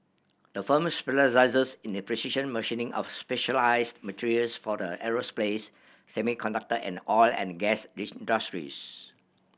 the firm specialises in the precision machining of specialised materials for the aerospace semiconductor and oil and gas industries